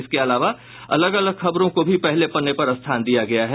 इसके अलावा अलग अलग खबरों को भी पहले पन्ने पर स्थान दिया है